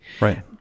Right